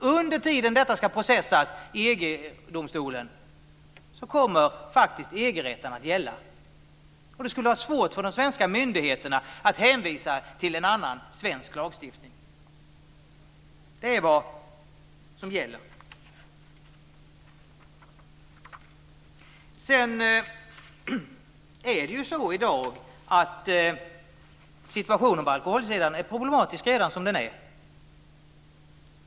Under den tid då detta ska processas i EG-domstolen kommer faktiskt EG-rätten att gälla. Det skulle vara svårt för de svenska myndigheterna att hänvisa till en annan, svensk lagstiftning. Det är vad som gäller. Sedan är det ju så i dag att situationen på alkoholsidan är problematisk redan som den är.